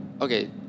okay